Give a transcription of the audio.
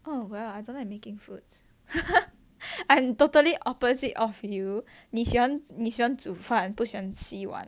oh well I don't like making foods I'm totally opposite of you 你喜欢你喜欢煮饭不喜欢洗碗